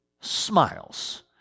smiles